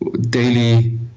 daily